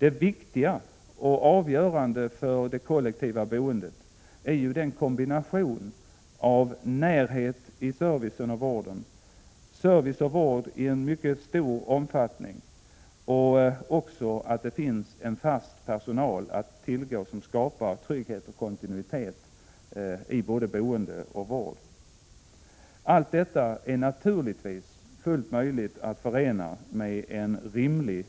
Men det avgörande för det kollektiva boendet är ju kombinationen av närhet till service och vård i mycket stor omfattning och det faktum att det finns fast personal att tillgå som skapar trygghet och Allt detta är naturligtvis fullt möjligt att förena med en rimlig